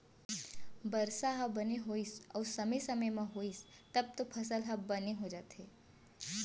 बरसा ह बने होइस अउ समे समे म होइस तब तो फसल ह बने हो जाथे